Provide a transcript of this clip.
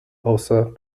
außer